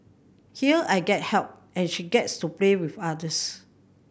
here I get help and she gets to play with others